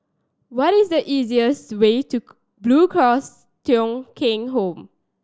what is the easiest way to Blue Cross Thong Kheng Home